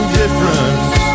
difference